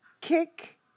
Kick